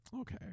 okay